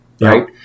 right